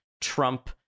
Trump